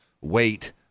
wait